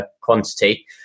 quantity